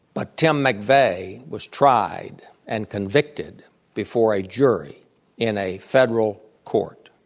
but tim mcveigh was tried and convicted before a jury in a federal court.